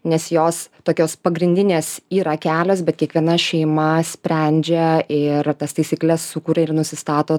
nes jos tokios pagrindinės yra kelios bet kiekviena šeima sprendžia ir tas taisykles sukuria ir nusistato